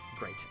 great